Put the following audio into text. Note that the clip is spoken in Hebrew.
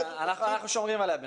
אנחנו שומרים עליה בינתיים.